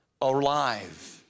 alive